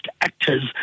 actors